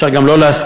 אפשר גם לא להסכים,